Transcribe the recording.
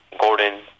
Gordon